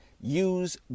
use